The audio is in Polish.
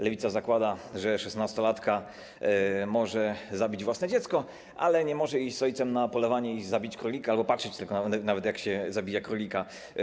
Lewica zakłada, że szesnastolatka może zabić własne dziecko, ale nie może iść z ojcem na polowanie i zabić królika, a nawet tylko patrzeć, jak się zabija królika.